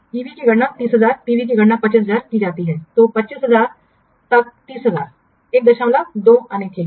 तो ईवी की गणना 30000 पीवी की गणना 25000 की जाती है तो 2500 तक 30000 12 आने के लिए